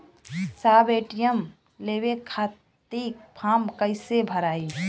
साहब ए.टी.एम लेवे खतीं फॉर्म कइसे भराई?